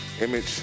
image